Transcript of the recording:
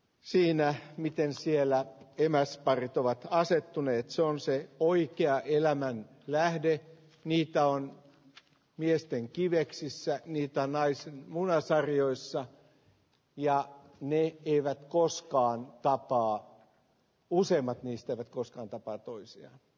siinä miten siellä emäsparit ovat asettuneet se on se oikea elämän lähdet niitä on nyt miesten kiveksissä niitä naisen munasarjoissa ja ne eivät koskaan tappaa useimmat niistä koskaan tapahtuisi